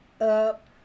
up